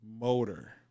motor